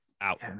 out